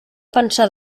pensar